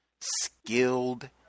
skilled